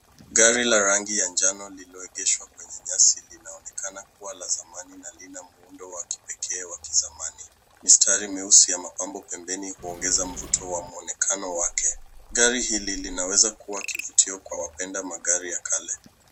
Gari la rangi ya njano lililoegeshwa kwenye nyasi linaonekana kuwa la zamani na lina muundo wa kipekee wa kizamani. Mistari meusi ya mapambo pembeni huongeza mvuto wa muonekano wake. Gari hili linaweza kuwa kivutio kwa wapenda magari ya kale.